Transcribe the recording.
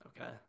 Okay